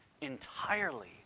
entirely